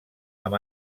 amb